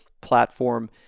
platform